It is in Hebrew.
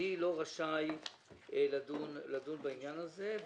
אני לא רשאי לדון בעניין הזה,